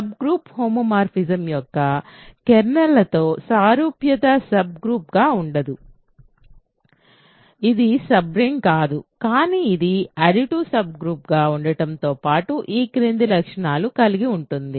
subgroup homomorphism యొక్క కెర్నల్తో సారూప్యత సబ్ గ్రూప్ గా ఉండదు ఇది సబ్ రింగ్ కాదు కానీ ఇది అడిటివ్ సబ్ గ్రూప్ గా ఉండటంతో పాటు ఈ క్రింది లక్షణాన్ని కలిగి ఉంటుంది